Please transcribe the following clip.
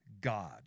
God